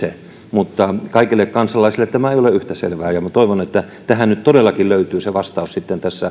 mutta kaikille kansalaisille tämä ei ole yhtä selvää ja toivon että tähän nyt todellakin löytyy vastaus